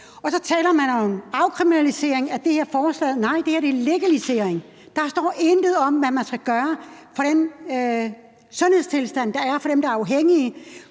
Så taler man om afkriminalisering i det her forslag. Nej, det her er en legalisering. Der står intet om, hvad man skal gøre i forhold til den sundhedstilstand, der er for dem, der er afhængige